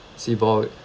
SIBOR rate